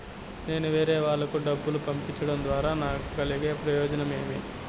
నేను వేరేవాళ్లకు డబ్బులు పంపించడం ద్వారా నాకు కలిగే ప్రయోజనం ఏమి?